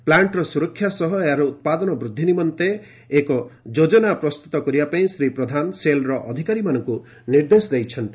ପ୍ଲାଣ୍ଟ୍ର ସୁରକ୍ଷା ସହ ଏହାର ଉତ୍ପାଦନ ବୃଦ୍ଧି ନିମନ୍ତେ ଏକ ଯୋଜନା ପ୍ରସ୍ତୁତ କରିବାପାଇଁ ଶ୍ରୀ ପ୍ରଧାନ ସେଲ୍ର ଅଧିକାରୀମାନଙ୍କୁ ନିର୍ଦ୍ଦେଶ ଦେଇଛନ୍ତି